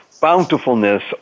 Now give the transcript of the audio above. bountifulness